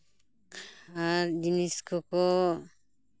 ᱟᱨ ᱡᱤᱱᱤᱥ ᱠᱚᱠᱚ